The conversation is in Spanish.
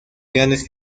grandes